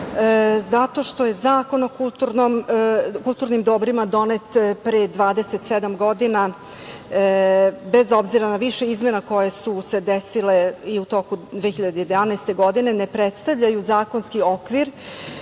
zato što je Zakon o kulturnim dobrima donet pre 27 godina i bez obzira na više izmena koje su se desile i u toku 2011. godine, ne predstavljaju zakonski okvir